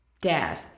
Dad